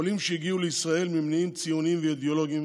העולים שהגיעו לישראל ממניעים ציוניים ואידיאולוגיים